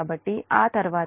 కాబట్టి ఆ తరువాత అది j0